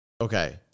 Okay